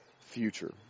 future